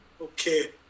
okay